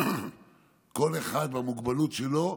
כל אחד והמוגבלות שלו,